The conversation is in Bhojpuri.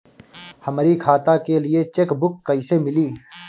हमरी खाता के लिए चेकबुक कईसे मिली?